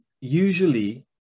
Usually